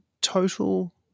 total